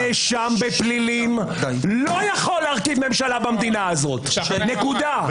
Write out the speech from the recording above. נאשם בפלילים לא יכול להרכיב ממשלה במדינה הזאת נקודה.